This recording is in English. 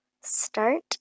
start